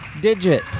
digit